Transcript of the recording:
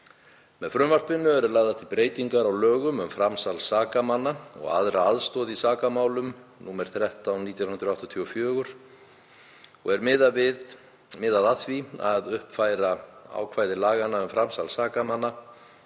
Með frumvarpinu eru lagðar til breytingar á lögum um framsal sakamanna og aðra aðstoð í sakamálum, nr. 13/1984, er miða að því að uppfæra ákvæði laganna um framsal sakamanna